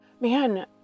Man